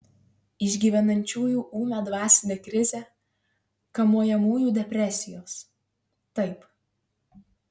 išgyvenančiųjų ūmią dvasinę krizę kamuojamųjų depresijos taip